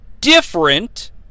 different